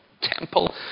temple